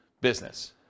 business